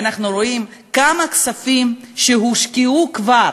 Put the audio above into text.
ואנחנו רואים כמה כספים הושקעו כבר,